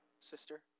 sister